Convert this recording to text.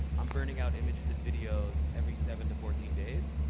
i'm burning out images and videos every seven to fourteen days.